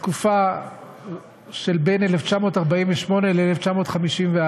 בתקופה של בין 1948 ל-1954,